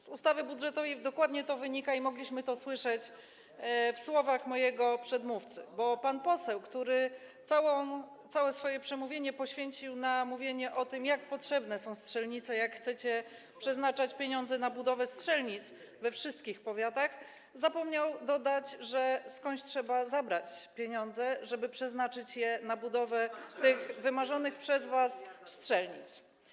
Z ustawy budżetowej dokładnie to wynika i mogliśmy to słyszeć w słowach mojego przedmówcy, bo pan poseł, który całe swoje przemówienie poświęcił na mówienie o tym, jak potrzebne są strzelnice, jak chcecie przeznaczać pieniądze na budowę strzelnic we wszystkich powiatach, zapomniał dodać, że skądś trzeba zabrać pieniądze, żeby przeznaczyć je na budowę tych wymarzonych przez was strzelnic.